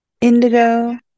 indigo